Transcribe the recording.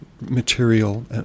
material